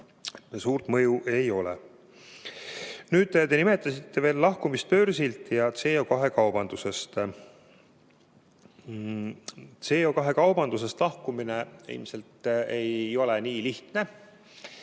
suurt mõju ei ole. Te nimetasite lahkumist börsilt ja CO2kaubandusest. CO2kaubandusest lahkumine ilmselt ei ole nii lihtne.